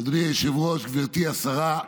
אדוני היושב-ראש, גברתי השרה,